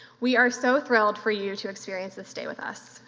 we are so thrilled for you to experience this day with us.